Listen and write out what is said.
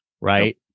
right